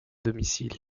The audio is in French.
domicile